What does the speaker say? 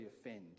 offend